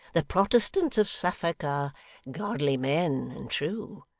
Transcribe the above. the protestants of suffolk are godly men and true.